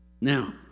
Now